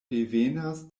devenas